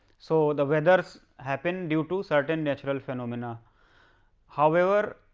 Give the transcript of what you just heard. so, the weathers happen due to certain natural phenomena however,